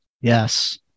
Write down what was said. Yes